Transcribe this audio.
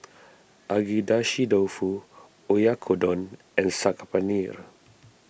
Agedashi Dofu Oyakodon and Saag Paneer